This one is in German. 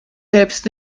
selbst